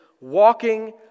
walking